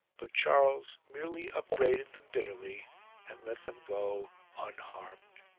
but charles merely upbraided them bitterly and let them go unharmed.